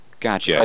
Gotcha